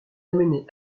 amené